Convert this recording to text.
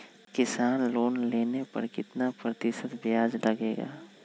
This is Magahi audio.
किसान लोन लेने पर कितना प्रतिशत ब्याज लगेगा?